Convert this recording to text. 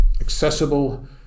accessible